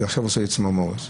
זה עושה לי צמרמורת.